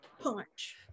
Punch